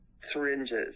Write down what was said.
Syringes